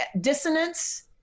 dissonance